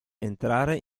entrare